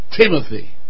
Timothy